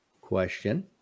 question